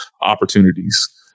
opportunities